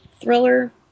thriller